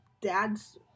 dad's